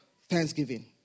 thanksgiving